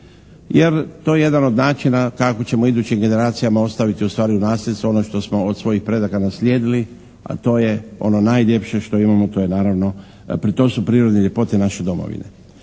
jer to je jedan od načina, tako ćemo idućim generacijama ostaviti ustvari u nasljedstvo ono što smo od svojih predaka naslijedili, a to je ono najljepše što imamo to je naravno, to su prirodne ljepote naše domovine.